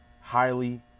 highly